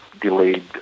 delayed